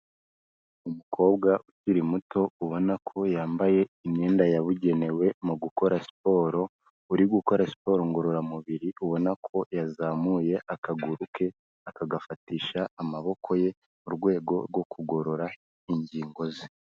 Umukobwa ukiri muto ubona ko yambaye imyenda yabugenewe mu gukora siporo, uri gukora siporo ngororamubiri, ubona ko yazamuye akaguru ke, akagafatisha amaboko ye mu rwego rwo kugorora ingingo ze.